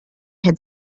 had